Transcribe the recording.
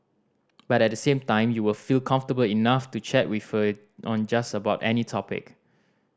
but at the same time you will feel comfortable enough to chat with her on just about any topic